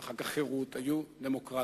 ואחר כך חרות היו דמוקרטים.